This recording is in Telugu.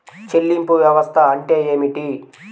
చెల్లింపు వ్యవస్థ అంటే ఏమిటి?